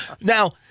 now